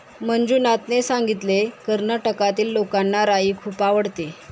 मंजुनाथने सांगितले, कर्नाटकातील लोकांना राई खूप आवडते